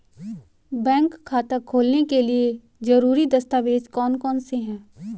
Bank खाता खोलने के लिए ज़रूरी दस्तावेज़ कौन कौनसे हैं?